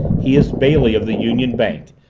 he is bailey of the union bank,